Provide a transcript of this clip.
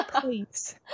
Please